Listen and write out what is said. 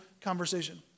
conversation